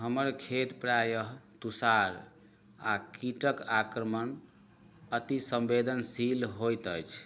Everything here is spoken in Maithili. हमर खेत प्रायः तुसार आ कीटक आक्रमण अति सम्वेदनशील होयत अछि